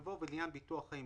יבוא: "ולעניין ביטוח חיים,